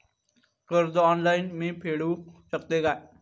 कर्ज ऑनलाइन मी फेडूक शकतय काय?